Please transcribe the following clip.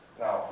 Now